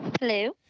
Hello